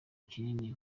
kinini